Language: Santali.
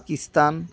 ᱯᱟᱠᱤᱥᱛᱟᱱ